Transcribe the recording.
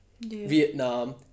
Vietnam